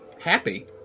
happy